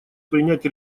принять